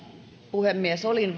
puhemies olin